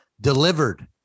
Delivered